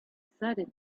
sudden